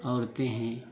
औरतें हैं